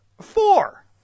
four